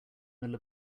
middle